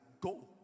go